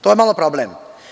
To je malo problem.